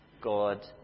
God